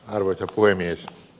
arvoisa puhemies